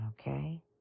okay